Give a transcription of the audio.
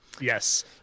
Yes